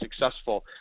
successful